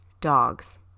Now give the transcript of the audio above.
dogs